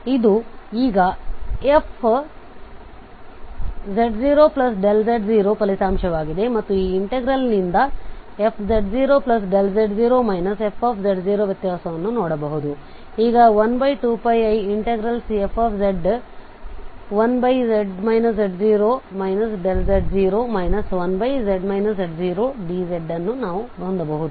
ಆದ್ದರಿಂದ ಇದು ಈಗ fz0z0 ಫಲಿತಾಂಶವಾಗಿದೆ ಮತ್ತು ಈ ಇನ್ಟೆಗ್ರಲ್ ನಿಂದ ದ fz0z0 fz0 ವ್ಯತ್ಯಾಸವನ್ನು ನೋಡಬಹುದು ಈಗ 12πiCf1z z0 z0 1z z0dz ಅನ್ನು ನಾವು ಹೊಂದಬಹುದು